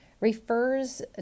refers